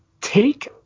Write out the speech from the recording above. take